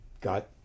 got